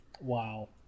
wow